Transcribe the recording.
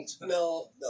no